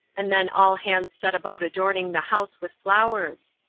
and then all hands set about adorning the house with flowers.